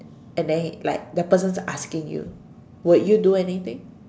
and then like the person's asking you would you do anything